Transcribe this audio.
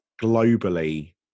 globally